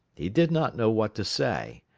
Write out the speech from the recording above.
he did not know what to say.